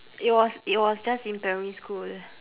it was it was just in primary school